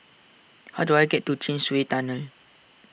how do I get to Chin Swee Tunnel